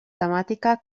temàtica